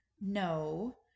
no